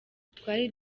twari